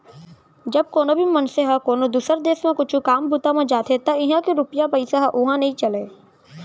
जब कोनो भी मनसे ह कोनो दुसर देस म कुछु काम बूता म जाथे त इहां के रूपिया पइसा ह उहां नइ चलय